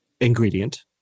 ingredient